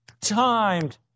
timed